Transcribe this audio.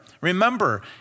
Remember